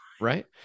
right